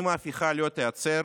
אם ההפיכה לא תיעצר,